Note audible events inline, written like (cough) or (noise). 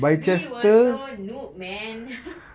we were so noob man (laughs)